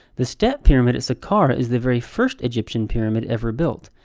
the step pyramid at saqqara is the very first egyptian pyramid ever built.